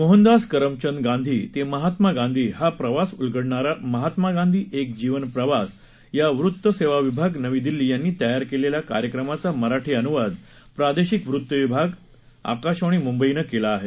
मोहनदास करमचंद गांधी ते महात्मा गांधी हा प्रवास उलगडणारा महात्मा गांधी एक जीवन प्रवास या वृत्त सेवा विभाग नवी दिल्ली यांनी तयार केलेल्या कार्यक्रमाचा मराठी अनुवाद प्रादेशिक वृत्त विभाग आकाशवाणी मुंबईनं केला आहे